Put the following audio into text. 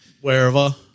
Wherever